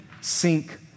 sink